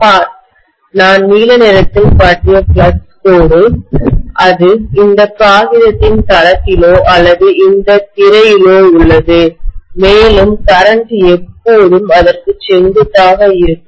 பார் நான் நீல நிறத்தில் காட்டிய ஃப்ளக்ஸ் கோடு அது இந்த காகிதத்தின் தளத்திலோ அல்லது இந்தத் திரையிலோ உள்ளது மேலும் கரண்ட் எப்போதும் அதற்கு செங்குத்தாக இருக்கும்